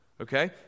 Okay